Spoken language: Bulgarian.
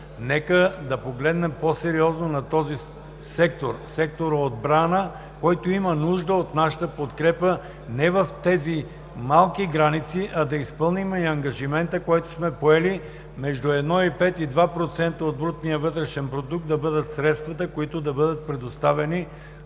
ГЕРБ да погледнем по-сериозно на този сектор – сектора „Отбрана“, който има нужда от нашата подкрепа не в тези малки граници, а да изпълним ангажимента, който сме поели между 1,5 и 2% от БВП да бъдат средствата, които да бъдат предоставени